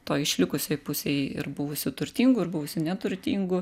toj išlikusioj pusėj ir buvusių turtingų ir buvusių neturtingų